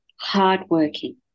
hardworking